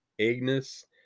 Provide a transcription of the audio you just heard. Agnes